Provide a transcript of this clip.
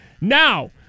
now